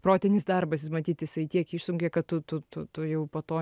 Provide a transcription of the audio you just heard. protinis darbas jis matyt jisai tiek išsunkia kad tu tu tu jau po to